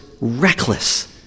reckless